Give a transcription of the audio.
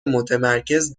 متمرکز